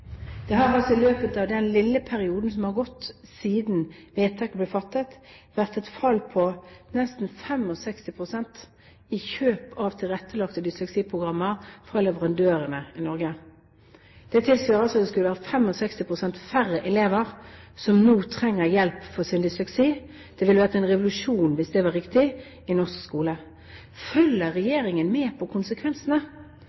Det har altså i løpet av den korte perioden som har gått siden vedtaket ble fattet, vært et fall på nesten 65 pst. i kjøp av tilrettelagte dysleksiprogrammer fra leverandørene i Norge. Det tilsvarer at det skulle være 65 pst. færre elever som nå trenger hjelp for sin dysleksi. Det ville vært en revolusjon i norsk skole hvis det hadde vært riktig. Følger regjeringen med på konsekvensene? Følger